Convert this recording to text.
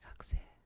student